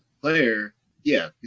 player—yeah